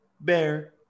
Bear